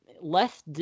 less